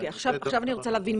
עכשיו אני רוצה להבין,